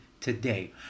today